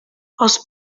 els